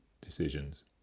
decisions